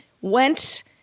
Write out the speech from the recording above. went